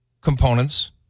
components